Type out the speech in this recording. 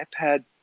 iPad